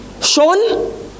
Sean